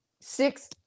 six